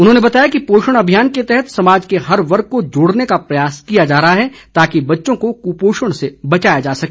उन्होंने बताया कि पोषण अभियान के तहत समाज के हर वर्ग को जोड़ने का प्रयास किया जा रहा है ताकि बच्चों को कुपोषण से बचाया जा सके